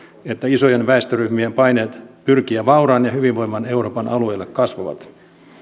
että isojen väestöryhmien paineet pyrkiä vauraan ja hyvinvoivan euroopan alueelle kasvavat